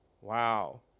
Wow